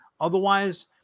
otherwise